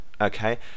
okay